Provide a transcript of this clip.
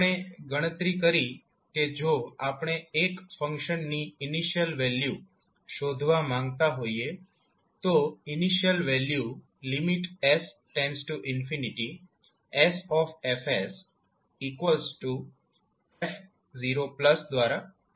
આપણે ગણતરી કરી કે જો આપણે એક ફંક્શનની ઇનિશિયલ વેલ્યુ શોધવા માંગતા હોઈએ તો initial value s sF f0 દ્વારા આપી શકાય